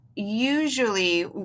Usually